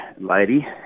lady